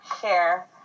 share